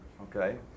Okay